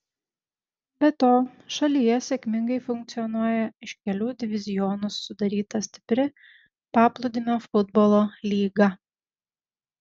be to šalyje sėkmingai funkcionuoja iš kelių divizionų sudaryta stipri paplūdimio futbolo lyga